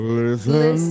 listen